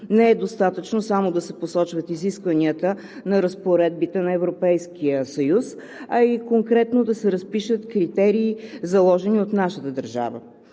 Не е достатъчно само да се посочват изискванията на разпоредбите на Европейския съюз, а и конкретно да се разпишат критерии, заложени от нашата държава.